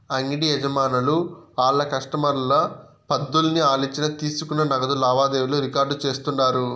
అంగిడి యజమానులు ఆళ్ల కస్టమర్ల పద్దుల్ని ఆలిచ్చిన తీసుకున్న నగదు లావాదేవీలు రికార్డు చేస్తుండారు